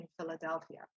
Philadelphia